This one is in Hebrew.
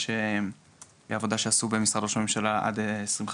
יש עבודה שעשו במשרד ראש הממשלה עד 2050